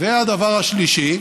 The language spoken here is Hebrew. והדבר השלישי,